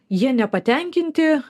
jie nepatenkinti